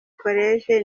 college